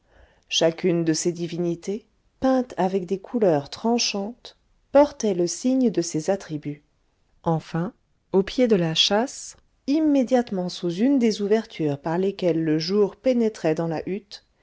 chacune de ces divinités peinte avec des couleurs tranchantes portait le signe de ses attributs enfin au pied de la châsse immédiatement sous une des ouvertures par lesquelles le jour pénétrait dans la hutte